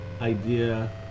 idea